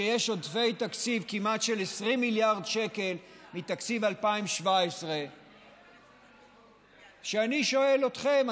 שיש עודפי תקציב של כמעט 20 מיליארד שקל מתקציב 2017. אני שואל אתכם,